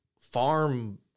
farm